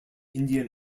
indian